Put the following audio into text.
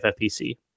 FFPC